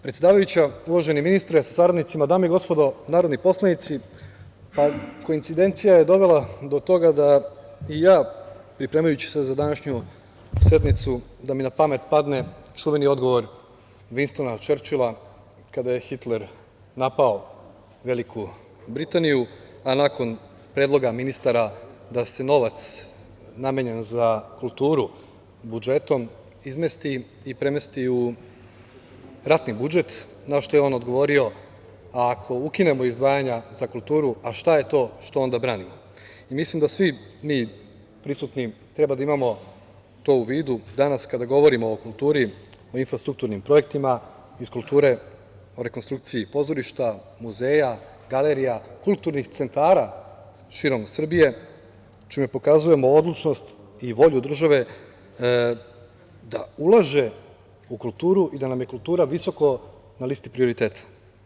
Predsedavajuća, uvaženi ministre sa saradnicima, dame i gospodo narodni poslanici, koincidencija je dovela do toga da je i meni, pripremajući se za današnju sednicu, na pamet pao čuveni odgovor Vinstona Čerčila kada je Hitler napao Veliku Britaniju, a nakon predloga ministara da se novac namenjen za kulturu budžetom izmesti i premesti u ratni budžet, na šta je on odgovorio: „Ako ukinemo izdvajanja za kulturu, šta je to što onda branimo?“ Mislim da svi mi prisutni treba da imamo to u vidu danas kada govorimo o kulturi, o infrastrukturnim projektima iz kulture, o rekonstrukciji pozorišta, muzeja, galerija, kulturnih centara širom Srbije, čime pokazujemo odlučnost i volju države da ulaže u kulturu i da nam je kultura visoko na listi prioriteta.